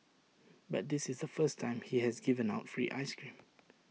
but this is the first time he has given out free Ice Cream